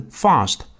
fast